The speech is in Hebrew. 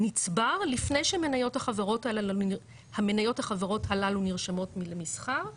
נצבר לפני שמניות החברות הללו נרשמות למסחר,